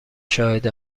شاهد